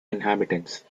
inhabitants